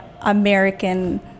american